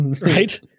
right